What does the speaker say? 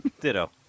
Ditto